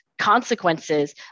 consequences